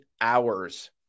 hours